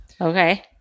Okay